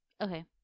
Okay